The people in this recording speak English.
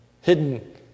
hidden